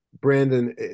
Brandon